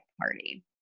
Party